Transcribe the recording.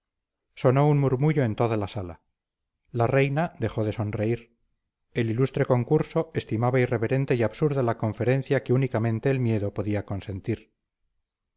sonó un murmullo en toda la sala la reina dejó de sonreír el ilustre concurso estimaba irreverente y absurda la conferencia que únicamente el miedo podía consentir